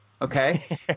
Okay